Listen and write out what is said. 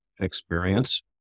experience